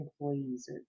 employees